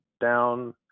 down